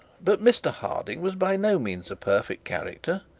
but mr harding was by no means a perfect character.